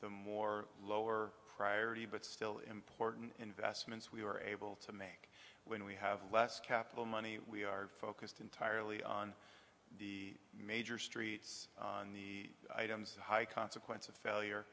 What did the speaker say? the more lower priority but still important investments we were able to make when we have less capital money we are focused entirely on the major streets in the high consequence of failure